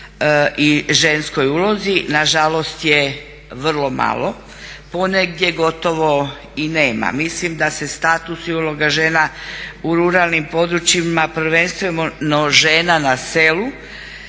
i ženskoj ulozi nažalost je vrlo malo, ponegdje gotovo i nema. Mislim da se status i uloga žena u ruralnim područjima prvenstveno žena na selu